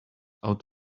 out